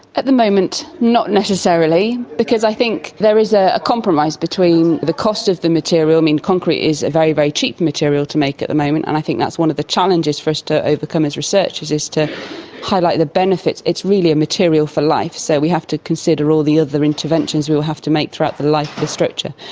at the moment not necessarily because i think there is ah a compromise between the cost of the material and concrete is a very, very cheap material to make at the moment, and i think that's one of the challenges for us to overcome as researchers is is to highlight the benefits. it's really a material for life, so we have to consider all the other interventions we would have to make throughout the life of the structure.